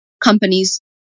companies